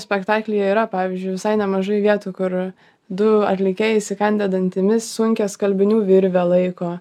spektaklyje yra pavyzdžiui visai nemažai vietų kur du atlikėjai įsikandę dantimis sunkią skalbinių virvę laiko